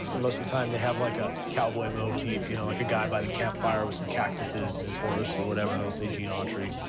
most the time, they have like a cowboy motif, you know, like a guy by the campfire with some cactuses and his horse, and whatever. and it will say gene autry.